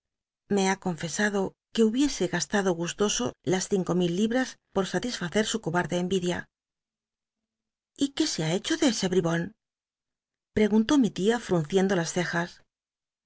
ilfc ha confesado que huliiese gastado gustoso las cinco mil libras por satisface su cobarde envidia y qué se ha hecho ele ese bribon preguntó mi l ia frunciendo las cejas